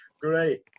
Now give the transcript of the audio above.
Great